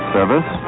Service